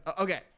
Okay